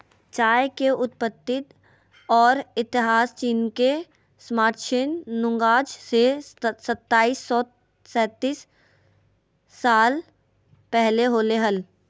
चाय के उत्पत्ति और इतिहासचीनके सम्राटशैन नुंगआज से सताइस सौ सेतीस साल पहले होलय हल